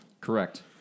Correct